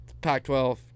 Pac-12